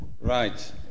Right